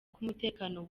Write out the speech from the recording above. k’umutekano